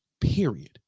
period